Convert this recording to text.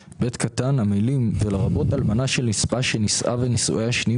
המילים "ולרבות אלמנה של נספה שנישאה ונישואיה השניים